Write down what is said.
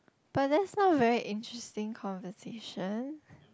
but that's not very interesting conversation